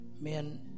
men